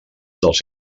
dels